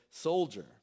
soldier